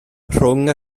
rhwng